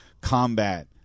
combat